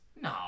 No